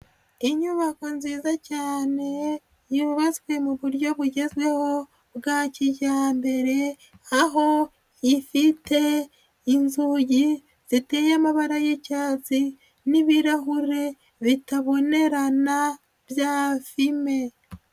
Inyubako nziza cyane, yubatswe mu buryo bugezweho bwa kijyambere, aho ifite inzugi ziteye amabara y'icyatsi, n'ibirahure bitabonerana bya fime.